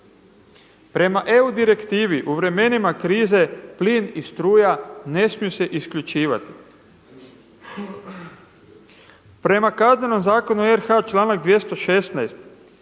Prema EU direktivi u vremenima krize plin i struja ne smiju se isključivati. Prema Kaznenom zakonu RH članak 216.